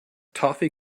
toffee